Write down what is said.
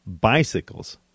bicycles